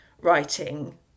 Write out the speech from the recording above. writing